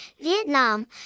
Vietnam